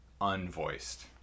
unvoiced